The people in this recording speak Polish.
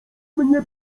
mnie